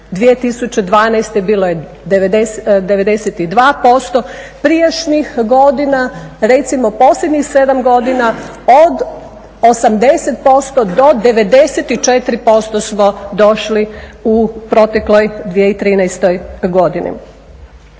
godine bilo je 92%. Prijašnjih godina recimo posljednjih 7 godina od 80% do 94% smo došli u protekloj 2013. godini.